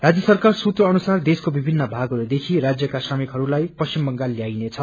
राज्य सरकार सुत्र अनुसार देशको विभिन्न भागहरूदेखि राज्यका श्रमिकहरूलाई पश्चिम बंगाल ल्याइनेछ